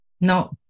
no